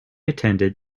attended